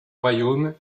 royaume